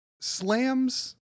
slams